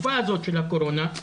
בתקופת הקורונה,